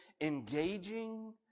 engaging